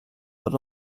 but